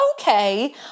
okay